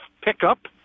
pickup